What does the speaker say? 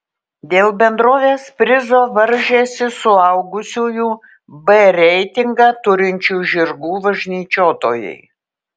dėl bendrovės prizo varžėsi suaugusiųjų b reitingą turinčių žirgų važnyčiotojai